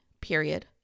period